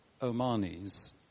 Omanis